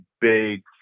big